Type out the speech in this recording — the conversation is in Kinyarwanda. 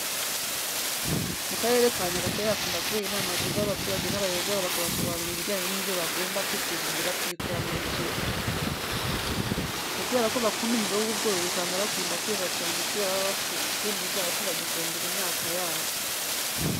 Mu Karere ka Nyagatare hakunda kubera inama zihuza abaturage n'abayobozi babo bakabasobanurira ibijyanye n'uburyo bagomba kwiteza imbere bakikura mu bukene. Gusa kubera ko bakunda umwuga w'ubworozi usanga bakunda kweza cyane kubera baba bafite ifumbire izabafasha gufumbira imyaka yabo.